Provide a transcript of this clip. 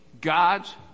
God's